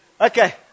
Okay